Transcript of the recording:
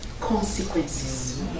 consequences